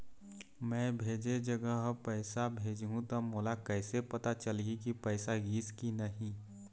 मैं भेजे जगह पैसा भेजहूं त मोला कैसे पता चलही की पैसा गिस कि नहीं?